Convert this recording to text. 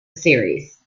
series